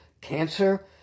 cancer